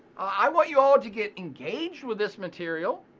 i want you all to get engaged with this material.